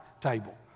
table